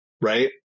Right